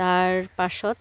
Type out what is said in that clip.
তাৰ পাছত